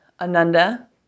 ananda